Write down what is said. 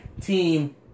Team